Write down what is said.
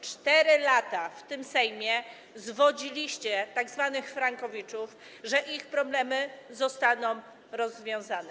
4 lata w tym Sejmie zwodziliście tzw. frankowiczów, że ich problemy zostaną rozwiązane.